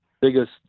biggest